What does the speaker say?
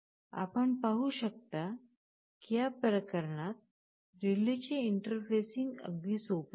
आपण पाहू शकता की या प्रकरणात रिलेचे इंटरफेसिंग अगदी सोपे आहे